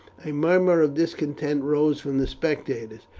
a murmur of discontent rose from the spectators,